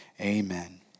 Amen